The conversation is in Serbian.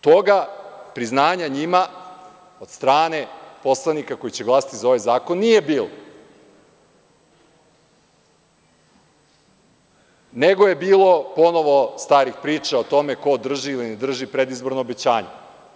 Toga priznanja njima, od strane poslanika koji će glasati za ovaj zakon nije bilo, nego je bilo ponovo starih priča o tome ko drži ili ne drži predizborno obećanje.